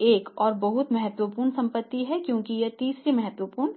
एक और बहुत महत्वपूर्ण संपत्ति है क्योंकि यह तीसरी महत्वपूर्ण संपत्ति है